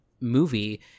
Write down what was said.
movie